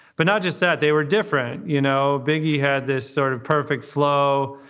but not just that they were different, you know, big. he had this sort of perfect flow,